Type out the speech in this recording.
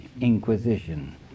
Inquisition